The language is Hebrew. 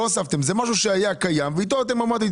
זה משהו שהיה קיים ואיתו אמרתם,